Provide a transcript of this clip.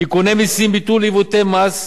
תיקוני מסים וביטול עיוותי מס,